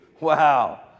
Wow